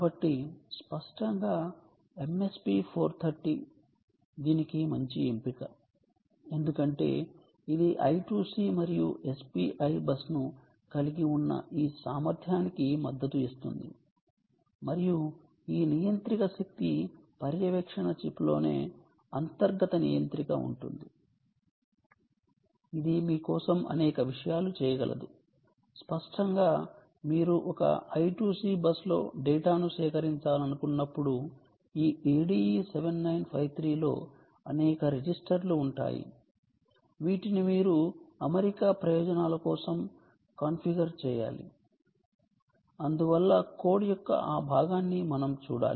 కాబట్టి స్పష్టంగా MSP 430 దీనికి మంచి ఎంపిక ఎందుకంటే ఇది I2C మరియు SPI బస్ ను కలిగి ఉన్న ఈ సామర్ధ్యానికి మద్దతు ఇస్తుంది మరియు ఈ నియంత్రిక శక్తి పర్యవేక్షణ చిప్లోనే అంతర్గత నియంత్రిక ఉంటుంది ఇది మీ కోసం అనేక విషయాలు చేయగలదు స్పష్టంగా మీరు ఒక I2C బస్ లో డేటాను సేకరించాలనుకున్నప్పుడు ఈ ADE 7953 లో అనేక రిజిస్టర్లు ఉంటాయి వీటిని మీరు అమరిక ప్రయోజనాల కోసం కాన్ఫిగర్ చేయాలి అందువల్ల కోడ్ యొక్క ఆ భాగాన్ని మనం చూడాలి